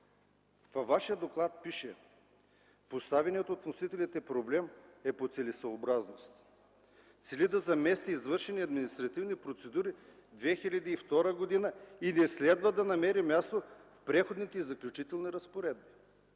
във Вашия доклад пише: „Поставеният от вносителите проблем е по целесъобразност, цели да замести неизвършени административни процедури от 2002 г. и не следва да намери място в Преходните и заключителните разпоредби...”.